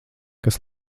kas